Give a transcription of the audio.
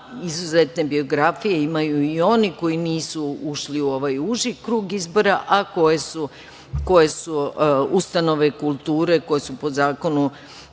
vama. Izuzetne biografije imaju i oni koji nisu ušli u ovaj uži krug izbora, a koje su ustanove kulture koje su po zakonu